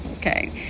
okay